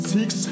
six